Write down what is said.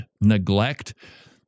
neglect